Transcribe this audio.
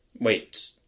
wait